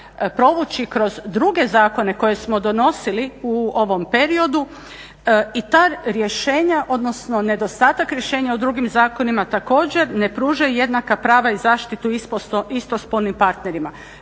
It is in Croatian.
provući kroz druge zakone koje smo donosili u ovom periodu i ta rješenja, odnosno nedostatak rješenja u drugim zakonima također ne pruža jednaka prava i zaštitu istospolnim parterima